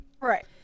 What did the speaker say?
Right